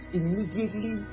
immediately